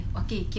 okay